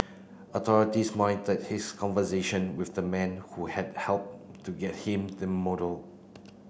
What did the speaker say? authorities monitored his conversation with the man who had help to get him the motor